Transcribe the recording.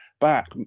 back